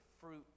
fruit